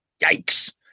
Yikes